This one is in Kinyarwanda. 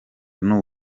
n’u